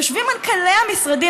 יושבים מנכ"לי המשרדים,